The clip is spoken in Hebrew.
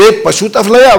זאת פשוט אפליה,